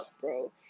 bro